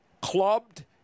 clubbed